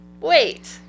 wait